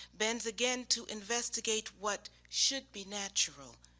bends again to investigate what should be natural,